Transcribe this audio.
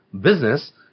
business